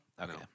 Okay